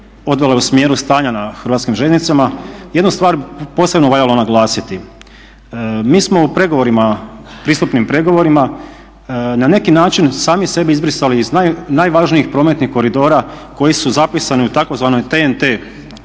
odvela u smjeru stanja na Hrvatskim željeznicama jednu stvar bi posebno valjalo naglasiti. Mi smo u pristupnim pregovorima na neki način sami sebe izbrisali iz najvažnijih prometnih koridora koji su zapisani u tzv. TNT dokumentu,